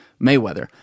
Mayweather